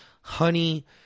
honey